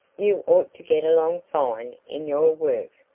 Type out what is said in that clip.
you ought to get along fine in your work.